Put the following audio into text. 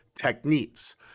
techniques